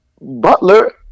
Butler